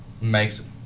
makes